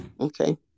Okay